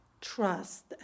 trust